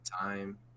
time